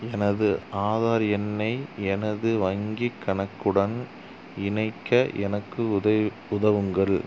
எனது ஆதார் எண்ணை எனது வங்கிக் கணக்குடன் இணைக்க எனக்கு உதவி உதவுங்கள்